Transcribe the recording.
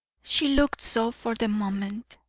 she looked so for the moment.